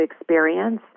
experience